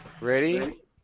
Ready